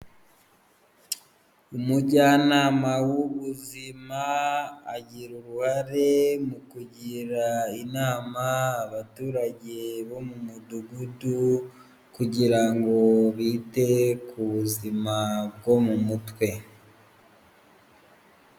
Umujyanama w'ubuzima agira uruhare mu kugira inama abaturage bo mu mudugudu, kugira ngo bite ku buzima bwo mu mutwe.